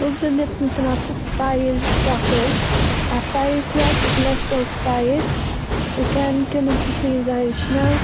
וואס די נוצן פון א ט- פייער טראק איז. א פייער טראק לעשט אויס פייערס. ס'קען קומען צו פליען זייער שנעל